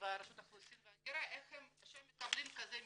ורשות האוכלוסין וההגירה עושים כשהם מקבלים כזה מסמך,